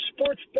sports